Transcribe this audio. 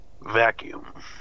Vacuum